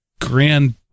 grand